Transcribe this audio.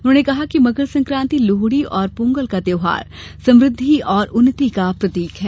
उन्होंने कहा कि मकर संक्राति लोहड़ी और पोंगल का त्योहार समृद्धि और उन्नति का प्रतीक है